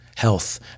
health